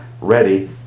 ready